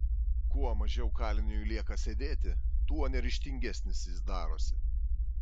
kuo mažiau kaliniui lieka sėdėti tuo neryžtingesnis jis darosi